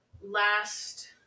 last